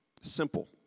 simple